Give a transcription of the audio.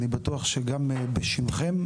אני בטוח שגם בשמכם,